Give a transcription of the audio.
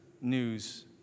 news